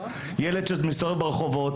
ילד שמסתובב ברחובות,